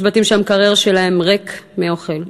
יש בתים שהמקרר שבהם ריק מאוכל,